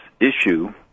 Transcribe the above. issue